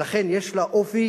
ולכן, יש לה אופי